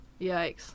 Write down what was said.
Yikes